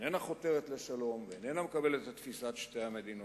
שאיננה חותרת לשלום ואיננה מקבלת את תפיסת שתי המדינות.